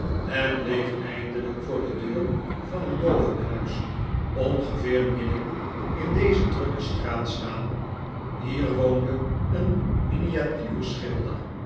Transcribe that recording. en bleef eindelijk voor de deur van een bovenhuis ongeveer midden in deze drukke straat staan hier woonde een